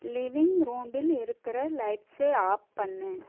living ரூமில் இருக்கிற லைட்ஸை ஆப் பண்ணு